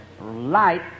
light